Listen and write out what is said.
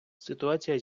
ситуація